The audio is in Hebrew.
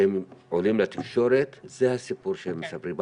כשהם עולים לתקשורת זה הסיפור שהם מספרים,